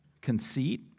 Conceit